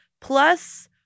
plus